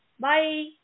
Bye